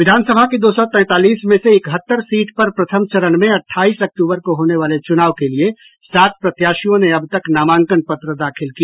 विधानसभा की दो सौ तैंतालीस में से इकहत्तर सीट पर प्रथम चरण में अट्ठाईस अक्टूबर को होने वाले चुनाव के लिए सात प्रत्याशियों ने अब तक नामांकन पत्र दाखिल किया